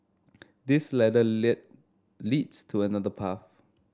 this ladder lead leads to another path